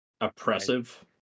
oppressive